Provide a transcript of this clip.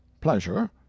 pleasure